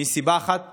מסיבה אחת פשוטה,